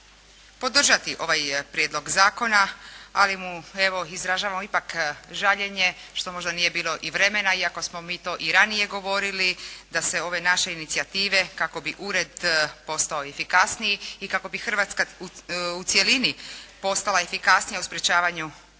podržati ovaj prijedlog zakona, ali mu, evo izražavamo ipak žaljenje što možda nije bilo i vremena iako smo mi to i ranije govorili da se ove naše inicijative kako bi ured postao efikasniji i kako bi Hrvatska u cjelini postala efikasnija u sprječavanju pranja